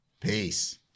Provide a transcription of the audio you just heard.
Peace